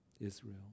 Israel